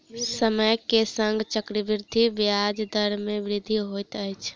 समय के संग चक्रवृद्धि ब्याज दर मे वृद्धि होइत अछि